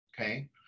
Okay